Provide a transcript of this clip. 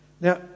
Now